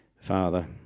Father